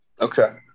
Okay